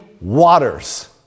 waters